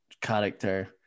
character